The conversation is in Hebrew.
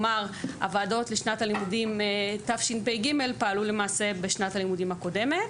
הוועדות לשנת הלימודים תשפ"ג פעלו בשנת הלימודים הקודמת.